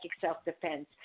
self-defense